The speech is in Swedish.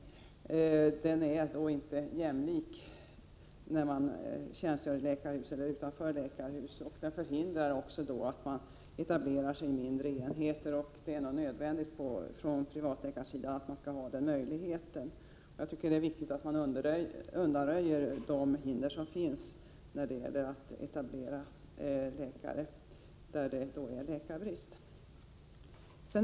Taxan är inte jämlik när man tjänstgör i läkarhus eller utanför. Detta förhindrar att läkarna etablerar sig i mindre enheter. För privatläkarna är det nödvändigt att ha den möjligheten. Det är viktigt att man undanröjer de hinder som finns för läkare att etablera sig i områden där det råder brist på läkare.